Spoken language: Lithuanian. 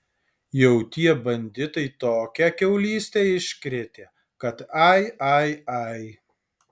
jau tie banditai tokią kiaulystę iškrėtė kad ai ai ai